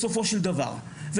בסופו של דבר זה מגיע לי מאותו כיס,